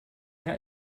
mehr